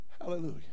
Hallelujah